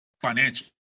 financial